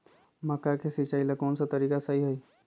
मक्का के सिचाई ला कौन सा तरीका सही है?